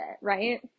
right